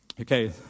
Okay